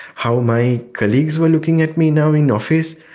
how my colleagues were looking at me now in office,